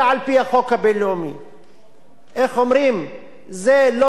זה לא שווה קליפת השום מבחינת המשפט הבין-לאומי,